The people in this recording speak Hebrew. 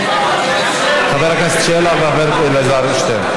חברי הכנסת שלח ואלעזר שטרן.